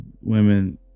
Women